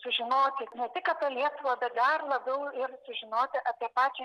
sužinoti ne tik apie lietuvą bet dar labiau ir sužinoti apie pačią